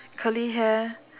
curly hair